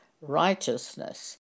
righteousness